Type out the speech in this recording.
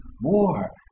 more